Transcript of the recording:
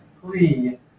three